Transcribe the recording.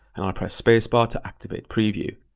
and i'll press space bar to activate preview.